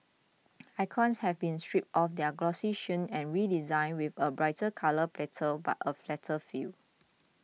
icons have been stripped of their glossy sheen and redesigned with a brighter colour palette but a flatter feel